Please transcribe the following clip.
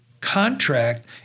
contract